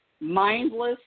mindless